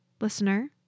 listener